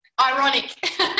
ironic